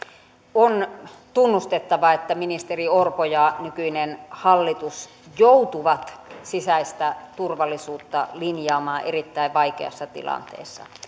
on tunnustettava että ministeri orpo ja nykyinen hallitus joutuvat sisäistä turvallisuutta linjaamaan erittäin vaikeassa tilanteessa